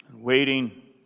Waiting